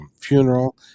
funeral